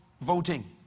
voting